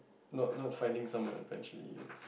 not not finding someone eventually